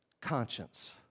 conscience